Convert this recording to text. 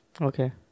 Okay